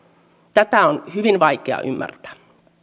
tätä on hyvin vaikea ymmärtää